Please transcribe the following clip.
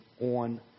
on